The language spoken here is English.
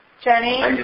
Jenny